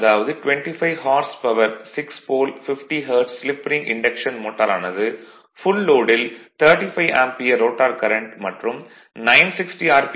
அதாவது 25 horse power 6 போல் 50 hertz slip ring induction மோட்டாரானது ஃபுல் லோடில் 35 ஆம்பியர் ரோட்டார் கரண்ட் மற்றும் 960 ஆர்